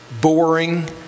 Boring